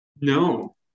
No